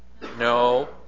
No